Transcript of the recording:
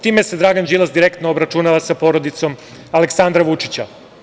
Time se Dragan Đilas direktno obračunava sa porodicom Aleksandra Vučića.